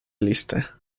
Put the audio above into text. lista